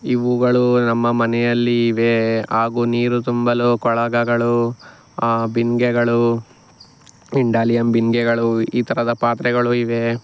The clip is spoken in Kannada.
ಇವುಗಳು ನಮ್ಮ ಮನೆಯಲ್ಲಿ ಇವೆ ಹಾಗೂ ನೀರು ತುಂಬಲು ಕೊಳಗಗಳು ಬಿಂದಿಗೆಗಳು ಇಂಡಾಲಿಯಮ್ ಬಿಂದಿಗೆಗಳು ಈ ಥರದ ಪಾತ್ರೆಗಳು ಇವೆ